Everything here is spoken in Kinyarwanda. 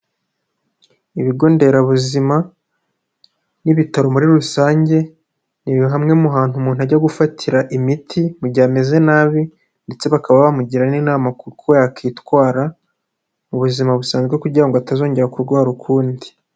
Ibigo nderabuzima n'ibitaro muri rusange ni hamwe mu hantu umuntu ajya gufatira imiti mu gihe ameze nabi ndetse bakaba bamugira n'inama ku uko yakwitwara mu buzima busanzwe kugira ngo atazongera kurwara ukundi.